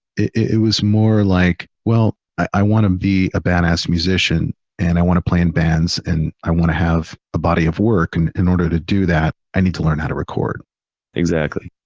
it was more like, well, i want to be a bad ass musician and i want to play in bands and i want to have a body of work. and in order to do that, i need to learn how to record. jeff exactly.